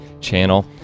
channel